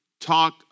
talk